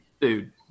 Dude